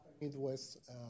Midwest